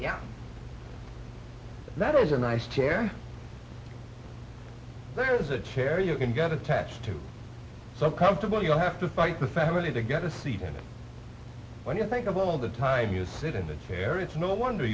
yeah that is a nice chair there is a chair you can get attached to some comfortable you don't have to fight the family to get a seat and when you think about all the time you sit in that chair it's no wonder